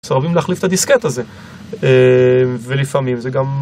מסרבים להחליף את הדיסקט הזה, ולפעמים זה גם...